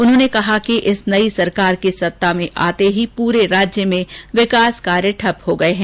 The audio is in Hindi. उन्होंने कहा कि इस नई सरकार के सत्ता में आते ही पूरे राज्य में विकास कार्य ठप्प हो गए हैं